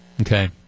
Okay